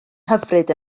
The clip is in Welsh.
hyfryd